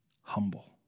humble